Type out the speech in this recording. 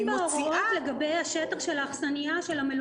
אין התייחסות לגבי השטח של המלונאות.